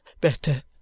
better